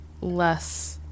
less